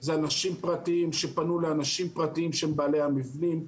זה אנשים פרטיים שפנו לאנשים פרטיים שהם בעלי המבנים.